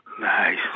Nice